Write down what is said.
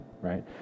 right